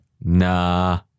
Nah